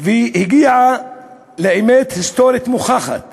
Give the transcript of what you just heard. והיא הגיעה לאמת היסטורית מוכחת